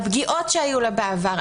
על פגיעות שהיו לה בעבר,